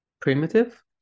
primitive